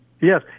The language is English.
Yes